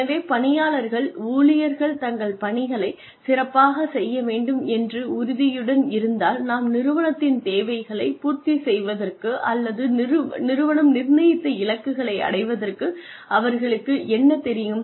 எனவே பணியாளர்கள் ஊழியர்கள் தங்கள் பணியைச் சிறப்பாகச் செய்ய வேண்டும் என்ற உறுதியுடன் இருந்தால் நாம் நிறுவனத்தின் தேவைகளை பூர்த்தி செய்வதற்கு அல்லது நிறுவனம் நிர்ணயித்த இலக்குகளை அடைவதற்கு அவர்களுக்கு என்ன தெரியும்